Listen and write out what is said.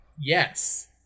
Yes